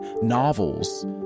novels